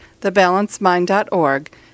thebalancemind.org